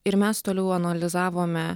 ir mes toliau analizavome